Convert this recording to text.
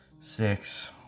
Six